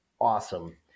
awesome